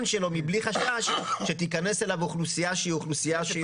שלו מבלי חשש שתיכנס אליו אוכלוסייה שהיא אוכלוסייה זרה.